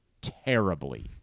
terribly